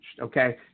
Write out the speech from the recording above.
okay